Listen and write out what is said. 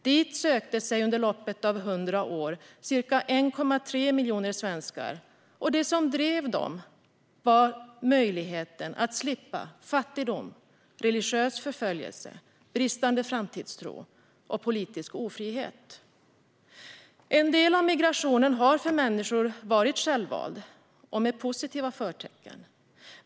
Dit sökte sig under loppet av hundra år ca 1,3 miljoner svenskar, och det som drev dem var möjligheten att slippa fattigdom, religiös förföljelse, bristande framtidstro och politisk ofrihet. En del av migrationen har för människor varit självvald och med positiva förtecken.